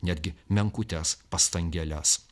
netgi menkutes pastangėles